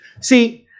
See